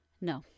No